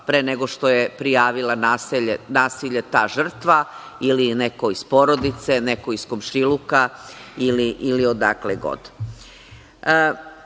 pre nego što je prijavila nasilje ta žrtva ili je neko iz porodice, neko iz komšiluka ili odakle god. Dali